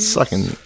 Sucking